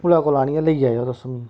पुला कोल आह्नियै लेई जाएओ तुस मिगी